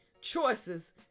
choices